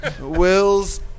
Wills